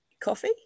Coffee